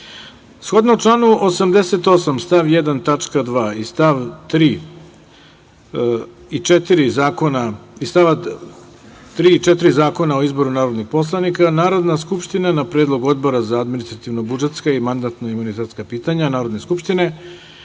članu 88. stav 1. tačka 2) i st. 3. i 4. Zakona o izboru narodnih poslanika, Narodna skupština, na predlog Odbora za administrativno-budžetska i mandatno-imunitetska pitanja Narodne skupštine,